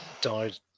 Died